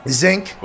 zinc